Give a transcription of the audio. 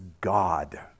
God